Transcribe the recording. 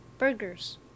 Burgers